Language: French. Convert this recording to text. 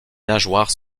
nageoires